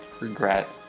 regret